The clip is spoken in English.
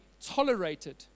tolerated